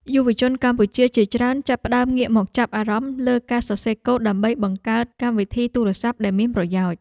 យុវជនកម្ពុជាជាច្រើនចាប់ផ្តើមងាកមកចាប់អារម្មណ៍លើការសរសេរកូដដើម្បីបង្កើតកម្មវិធីទូរស័ព្ទដែលមានប្រយោជន៍។